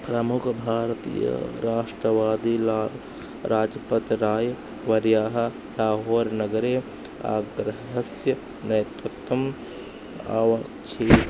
प्रमुखभारतीयराष्ट्रवादी लाला लजपत् राय् वर्यः लाहोर् नगरे आग्रहस्य नेतृत्वम् अवाक्षीत्